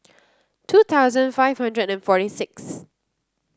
two thousand five hundred and forty sixth